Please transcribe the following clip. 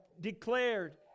declared